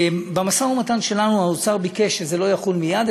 במשא-ומתן שלנו האוצר ביקש שזה לא יחול מייד,